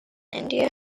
india